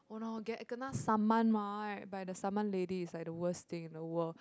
oh no get kena summon mah right by the summon lady is like the worst thing in the world